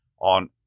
On